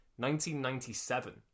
1997